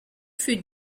fut